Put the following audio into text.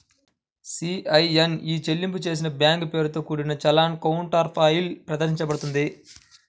CIN E చెల్లింపు చేసిన bank పేరుతో కూడిన చలాన్ కౌంటర్ఫాయిల్ ప్రదర్శించబడుతుంది